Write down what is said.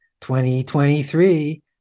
2023